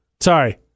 sorry